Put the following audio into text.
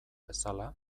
bezala